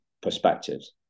perspectives